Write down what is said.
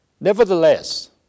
Nevertheless